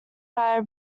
via